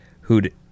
who'd